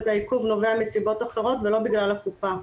אז העיכוב נובע מסיבות אחרות ולא בגלל הקופה.